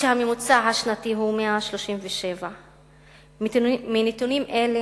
כאשר הממוצע השנתי הוא 137. מנתונים אלה